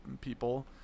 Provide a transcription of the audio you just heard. people